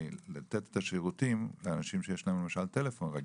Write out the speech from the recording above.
לתת את השירותים לאשים שיש להם למשל טלפון רגיל,